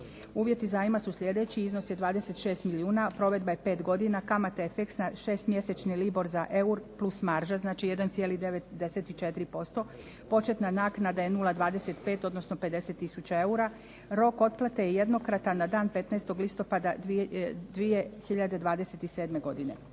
Uvjeti zajma su sljedeći, iznos je 26 milijuna, provedba je 5 godina, kamate je fiksna 6 mjesečni libor za eur, plus marža, znači 1,94%, početna naknada je 0,25 odnosno 50 tisuća eura, rok otplate je jednokratan na dan 15. listopada 2027. godine.